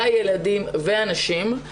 והילדים והנשים,